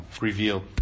revealed